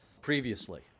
previously